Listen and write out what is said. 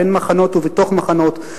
בין מחנות ובתוך מחנות,